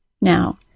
Now